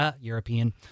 European